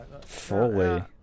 fully